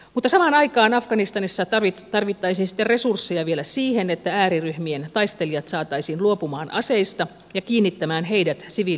mutta samaan aikaan afganistanissa tarvittaisiin sitten resursseja vielä siihen että ääriryhmien taistelijat saataisiin luopumaan aseista ja kiinnittämään heidät siviiliyhteiskuntaan